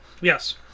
Yes